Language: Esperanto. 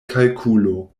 kalkulo